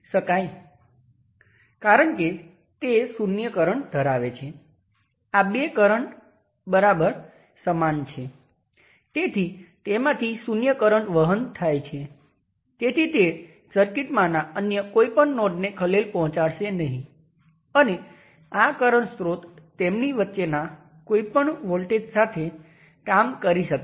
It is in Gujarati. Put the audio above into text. આ બેને ઉકેલવાથી આપણે સરળતાથી જોયું કે Vth એ 5 વોલ્ટ છે